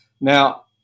Now